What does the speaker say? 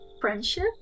friendship